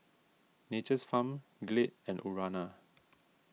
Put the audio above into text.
Nature's Farm Glade and Urana